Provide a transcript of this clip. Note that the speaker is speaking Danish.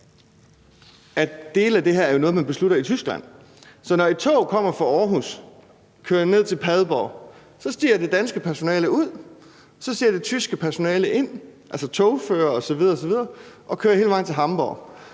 at dele af det her jo er noget, man beslutter i Tyskland. Så når et tog kommer fra Aarhus og kører ned Padborg, stiger det danske personale ud, og det tyske personale stiger ind, altså togførere osv. osv., og kører hele vejen til Hamborg.